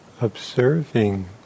observing